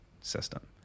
system